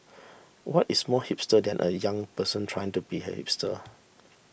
what is more hipster than a young person trying to be a hipster